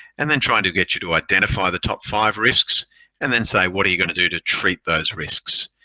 and then trying to get you to identify the top five risks and then say what are you going to do to treat those risks.